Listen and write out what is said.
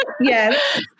Yes